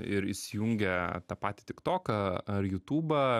ir įsijungia tą patį tiktoką ar jutūbą